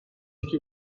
iki